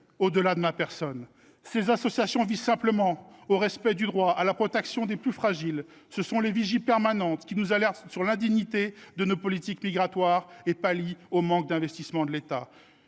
au delà de ma personne. Ces associations visent simplement le respect du droit, la protection des plus fragiles. Elles sont les vigies permanentes qui nous alertent sur l’indignité de nos politiques migratoires et pallient le manque d’investissement de l’État.